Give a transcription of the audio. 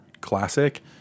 classic